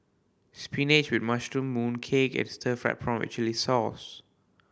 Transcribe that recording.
spinach with mushroom mooncake and stir fried prawn with chili sauce